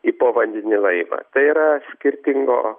į povandeninį laivą tai yra skirtingo